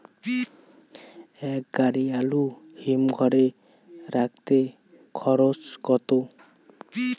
এক গাড়ি আলু হিমঘরে রাখতে খরচ কত?